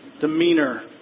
demeanor